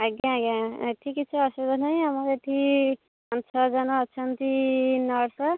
ଆଜ୍ଞା ଆଜ୍ଞା ଏଠି କିଛିି ଅସୁବିଧା ନାହିଁ ଆମର ଏଠି ପାଞ୍ଚ ଛଅ ଜଣ ଅଛନ୍ତି ନର୍ସ